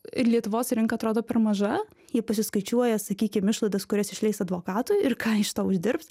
ir lietuvos rinka atrodo per maža jie pasiskaičiuoja sakykim išlaidas kurias išleis advokatui ir ką iš to uždirbs